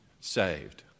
saved